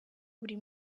buri